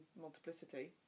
multiplicity